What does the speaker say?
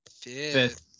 Fifth